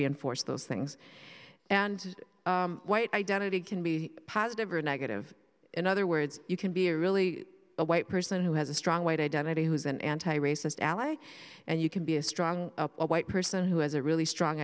reinforce those things and white identity can be positive or negative in other words you can be a really a white person who has a strong weight identity who is an anti racist ally and you can be a strong white person who has a really strong